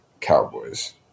Cowboys